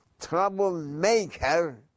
troublemaker